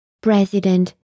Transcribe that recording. president